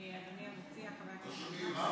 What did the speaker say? אדוני המציע חבר הכנסת מקלב, לא שומעים.